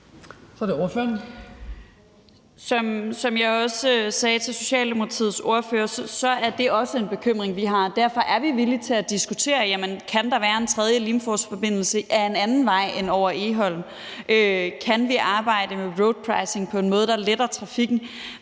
Som jeg også sagde til Socialdemokratiets ordfører, er det også en bekymring, vi har. Derfor er vi villige til at diskutere, om der kan være en tredje Limfjordsforbindelse ad en anden vej end over Egholm. Kan vi arbejde med roadpricing på en måde, der letter trafikken?